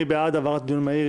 מי בעד העברת דיון מהיר?